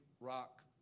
rock